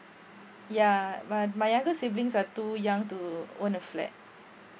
yeah my my younger siblings are too young to own a flat